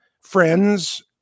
friends